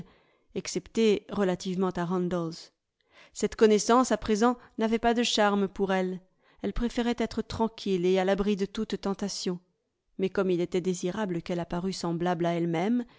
excepté relativement à randalls cette connaissance à présent n'avait pas de charme pour elle elle préférait être tranquille et à l'abri de toute tentation mais comme il était désirable qu'elle apparût semblable à elle-même